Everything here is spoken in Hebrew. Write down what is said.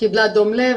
קיבלה דום לב,